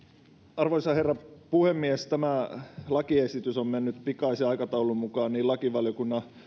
arvoisa herra puhemies tämä lakiesitys on mennyt pikaisen aikataulun mukaan niin lakivaliokunnan